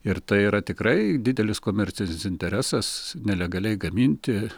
ir tai yra tikrai didelis komercinis interesas nelegaliai gaminti